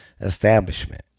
establishment